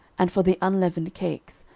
and for the unleavened cakes,